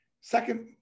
second